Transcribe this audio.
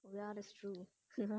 oh ya that's true